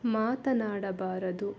ಮಾತನಾಡಬಾರದು